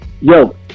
Yo